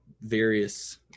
various